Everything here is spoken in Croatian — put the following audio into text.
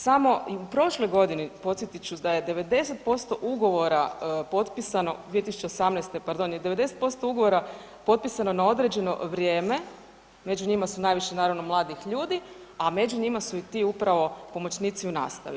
Samo u prošloj godini, podsjetit ću, da je 90% ugovora potpisano 2018., pardon, je 90% ugovora potpisano na određeno vrijeme, među njima su, najviše, naravno, mladih ljudi, a među njima su i ti upravo pomoćnici u nastavi.